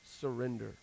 surrender